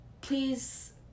please